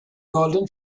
golden